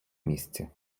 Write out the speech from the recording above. місці